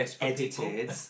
Edited